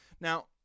now